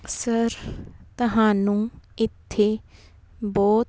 sir ਤੁਹਾਨੂੰ ਇੱਥੇ ਬਹੁਤ